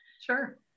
Sure